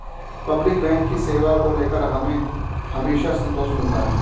public bank की सेवा को लेकर हमें हमेशा संतोष मिलता है